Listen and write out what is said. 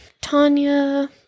Tanya